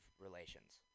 relations